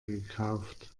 gekauft